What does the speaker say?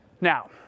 Now